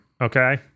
okay